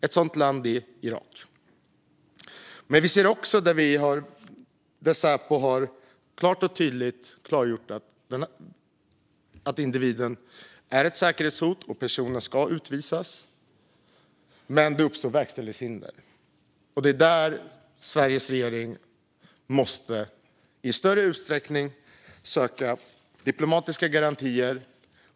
Ett sådant land är Irak. Men vi ser också att det uppstår verkställighetshinder i ärenden där Säpo har klargjort att individen är ett säkerhetshot och ska utvisas. Där måste Sveriges regering i större utsträckning söka diplomatiska garantier.